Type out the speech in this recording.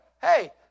Hey